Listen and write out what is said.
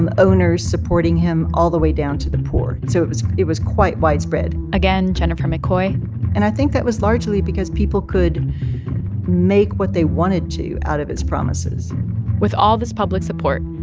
and owners supporting him all the way down to the poor. and so it was it was quite widespread again, jennifer mccoy and i think that was largely because people could make what they wanted to out of his promises with all this public support,